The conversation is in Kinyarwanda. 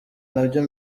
nabyo